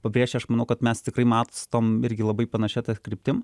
pabrėžti aš manau kad mes tikrai matstom irgi labai panašia kryptim